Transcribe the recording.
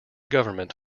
government